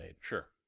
Sure